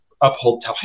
uphold